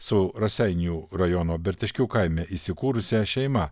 su raseinių rajono berteškių kaime įsikūrusią šeimą